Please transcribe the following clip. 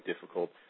difficult